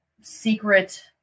secret